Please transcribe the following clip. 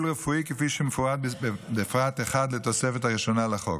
רפואי כפי שמפורט בפרט 1 לתוספת הראשונה לחוק,